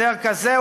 הסדר כזה,